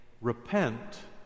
Repent